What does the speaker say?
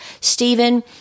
Stephen